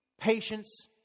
patience